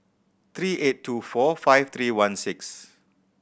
three eight two four five three one six